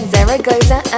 Zaragoza